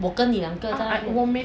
我跟你两个在那边